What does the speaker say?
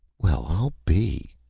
well i'll be.